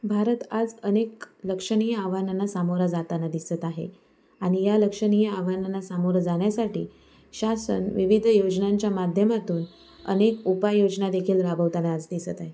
भारत आज अनेक लक्षणीय आव्हानांना सामोरा जाताना दिसत आहे आणि या लक्षणीय आव्हानांना सामोरं जाण्यासाठी शासन विविध योजनांच्या माध्यमातून अनेक उपाययोजनादेखील राबवताना आज दिसत आहे